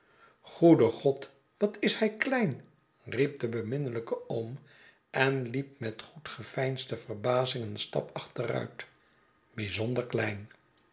goede god wat is hij klein riep de beminnelijke oom en liep met goed geveinsde verbazing een stap achteruit